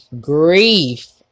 grief